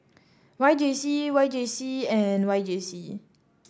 Y J C Y J C and Y J C